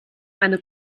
eine